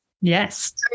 Yes